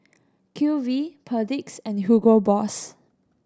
Q V Perdix and Hugo Boss